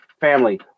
family